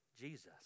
Jesus